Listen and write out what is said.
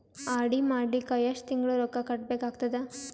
RD ಮಾಡಲಿಕ್ಕ ಎಷ್ಟು ತಿಂಗಳ ರೊಕ್ಕ ಕಟ್ಟಬೇಕಾಗತದ?